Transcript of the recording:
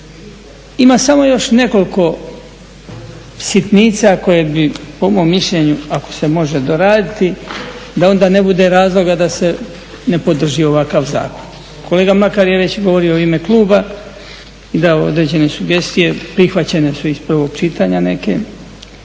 ima samo još nekoliko sitnica koje bi po mom mišljenju ako se može doraditi da onda ne bude razloga da se ne podrži ovakav zakon. Kolega Mlakar je već govorio u ime kluba i dao određene sugestije, prihvaćene su iz prvog čitanja neke,